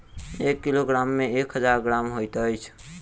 एक किलोग्राम मे एक हजार ग्राम होइत अछि